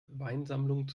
weinsammlung